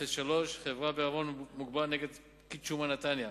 1015/03 חברה בע"מ נגד פקיד שומה בנתניה,